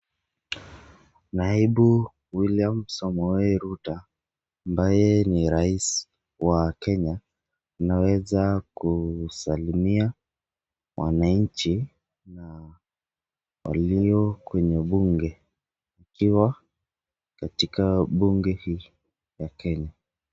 Naibu, William Samoei Ruto, ambaye ni rais wa kenya, ameweza kusalimia wananchi, na walio kwenye bunge, akiwa, katika bunge hii, ya Kenya.